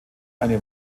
eine